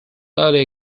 earlier